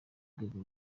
rwego